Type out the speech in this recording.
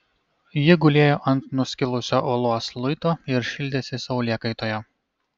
ji gulėjo ant nuskilusio uolos luito ir šildėsi saulėkaitoje